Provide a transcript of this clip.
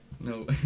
No